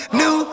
new